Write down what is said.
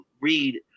read